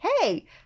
hey